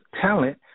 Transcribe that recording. talent